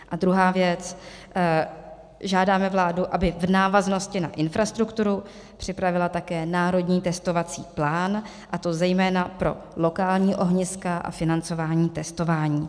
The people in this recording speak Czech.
A druhá věc, žádáme vládu, aby v návaznosti na infrastrukturu připravila také národní testovací plán, a to zejména pro lokální ohniska a financování testování.